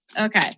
Okay